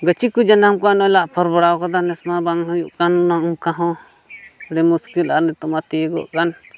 ᱜᱟᱹᱪᱷᱤ ᱠᱚ ᱡᱟᱱᱟᱢ ᱠᱚᱜᱼᱟ ᱱᱚᱜᱼᱚᱭ ᱞᱮ ᱟᱯᱷᱚᱨ ᱵᱟᱲᱟ ᱠᱟᱫᱟ ᱱᱮᱥ ᱢᱟ ᱵᱟᱝ ᱦᱩᱭᱩᱜ ᱠᱟᱱ ᱚᱱᱮ ᱚᱱᱠᱟ ᱦᱚᱸ ᱟᱹᱰᱤ ᱢᱩᱥᱠᱤᱞ ᱟᱨ ᱱᱤᱛᱚᱜ ᱢᱟ ᱛᱤᱭᱳᱜᱚᱜ ᱠᱟᱱ